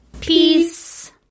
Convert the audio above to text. Peace